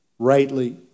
rightly